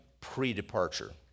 pre-departure